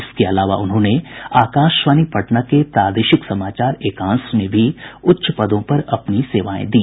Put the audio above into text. इसके अलावा उन्होंने आकाशवाणी पटना के प्रादेशिक समाचार एकांश में भी उच्च पदों पर अपनी सेवाएं दी